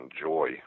joy